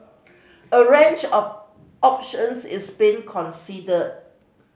a range of options is being considered